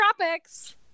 tropics